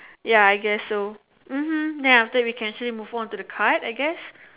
ya I guess so mmhmm then after that we can actually move on to the card I guess